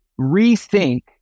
rethink